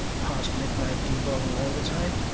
past midnight debugging all the time?